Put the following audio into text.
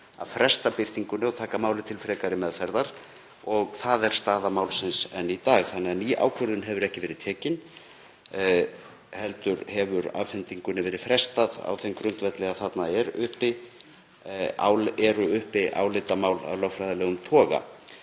að fresta birtingunni og taka málið til frekari meðferðar og það er staða málsins enn í dag. Þannig að ný ákvörðun hefur ekki verið tekin heldur hefur afhendingunni verið frestað á þeim grundvelli að þarna eru uppi álitamál af lögfræðilegum toga